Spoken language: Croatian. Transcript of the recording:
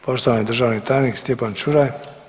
Poštovani državni tajnik Stjepan Čuraj.